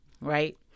right